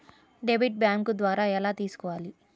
Debit bank ద్వారా ఎలా తీసుకోవాలి?